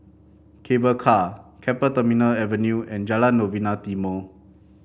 Cable Car Keppel Terminal Avenue and Jalan Novena Timor